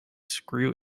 screw